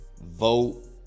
vote